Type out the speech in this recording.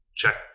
check